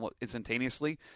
instantaneously